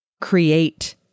create